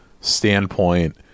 standpoint